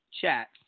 chat